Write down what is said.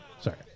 Sorry